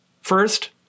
First